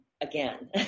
again